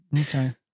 Okay